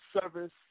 service